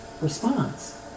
response